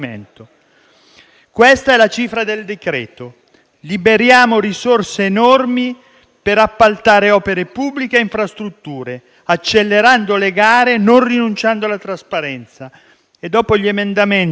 Questa è la cifra del decreto: liberiamo risorse enormi per appaltare opere pubbliche e infrastrutture, accelerando le gare e non rinunciando alla trasparenza. Inoltre, dopo gli emendamenti